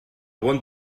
bon